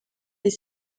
est